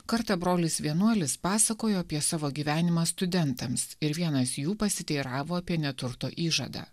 kartą brolis vienuolis pasakojo apie savo gyvenimą studentams ir vienas jų pasiteiravo apie neturto įžadą